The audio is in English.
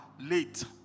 late